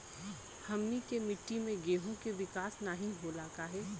हमनी के मिट्टी में गेहूँ के विकास नहीं होला काहे?